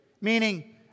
meaning